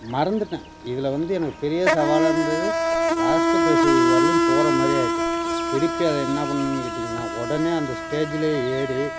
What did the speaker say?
மறந்துவிட்டேன் இதில் வந்து எனக்கு பெரிய சவாலாக இருந்தது லாஸ்ட்டு ப்ரைஸு வரலியும் போகிற மாதிரி ஆயிட்டு திருப்பி அதை என்ன பண்ணேன்னு கேட்டிங்கன்னால் உடனே அந்த ஸ்டேஜ்ஜிலே ஏறி